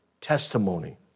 testimony